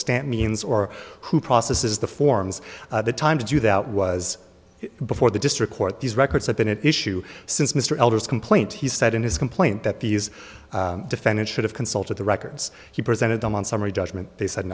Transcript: stand means or who process is the forms the time to do that was before the district court these records have been an issue since mr elder's complaint he said in his complaint that these defendants should have consulted the records he presented them on summary judgment they said